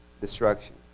Destruction